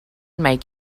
make